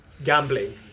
Gambling